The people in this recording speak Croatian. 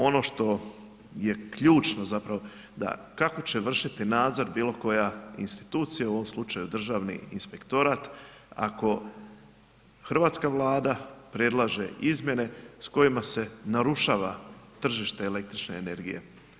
Ono što je ključno zapravo da kako će vršiti nadzor bilo koja institucija, u ovom slučaju Državni inspektorat ako hrvatska Vlada predlaže izmjene s kojima se narušava tržište električne energije?